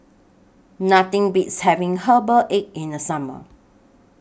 Nothing Beats having Herbal Egg in The Summer